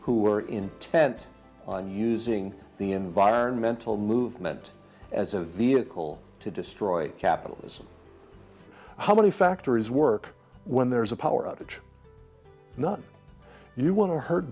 who were intent on using the environmental movement as a vehicle to destroy capitalism how many factories work when there's a power outage not you want to hurt